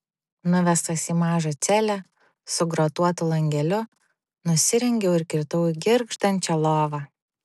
nuvestas į mažą celę su grotuotu langeliu nusirengiau ir kritau į girgždančią lovą